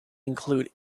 include